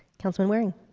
councilman waring.